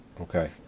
okay